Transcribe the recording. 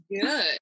good